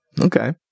Okay